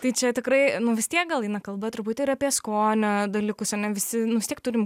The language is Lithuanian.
tai čia tikrai nu vis tiek gal eina kalba trubūt ir apie skonio dalykus ane visi nu vis tiek turim